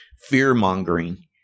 fear-mongering